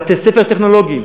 בתי-ספר טכנולוגיים.